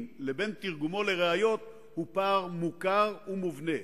לבין תרגומו לראיות הוא מוכר ומובנה.